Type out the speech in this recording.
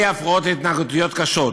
בעלי הפרעות התנהגותיות קשות,